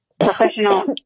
professional